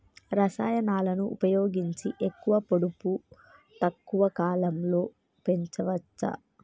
రసాయనాలను ఉపయోగించి ఎక్కువ పొడవు తక్కువ కాలంలో పెంచవచ్చా?